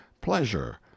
pleasure